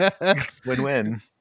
win-win